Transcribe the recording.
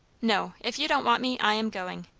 no if you don't want me, i am going.